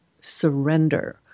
surrender